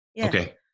Okay